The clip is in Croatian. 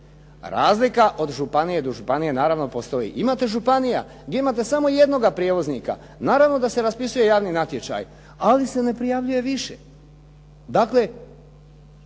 Razlika od županije do županije naravno postoji. Imate županija gdje imate samo jednoga prijevoznika, naravno da se raspisuje javni natječaj ali se ne prijavljuje više. Dakle